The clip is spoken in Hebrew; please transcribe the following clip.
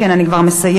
כן, אני כבר מסיימת.